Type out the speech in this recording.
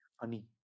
funny